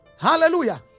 Hallelujah